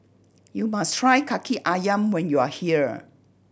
you must try Kaki Ayam when you are here